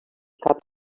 caps